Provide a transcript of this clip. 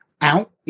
out